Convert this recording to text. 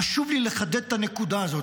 חשוב לי לחדד את הנקודה הזאת.